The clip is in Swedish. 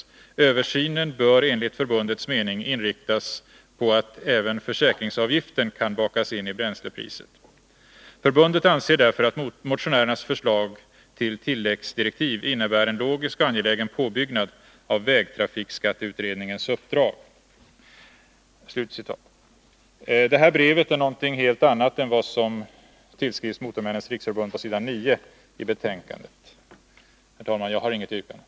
Översynen bör enligt förbundets mening inriktas på att även försäkringsavgiften kan bakas in i bränslepriset”. Förbundet anser därför att motionärernas förslag till tilläggsdirektiv innebär en logisk och angelägen påbyggnad av vägtrafikskatteutredningens uppdrag.” Detta brev är någonting helt annat än vad som tillskrivs Motormännens riksförbund på s. 9 i betänkandet. Herr talman! Jag har inget yrkande.